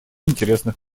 интересных